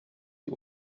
die